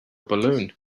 balloon